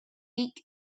week